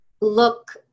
look